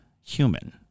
human